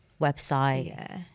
website